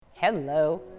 Hello